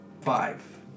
Five